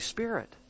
Spirit